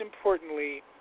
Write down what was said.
importantly